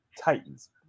Titans